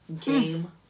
game